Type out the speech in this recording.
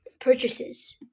purchases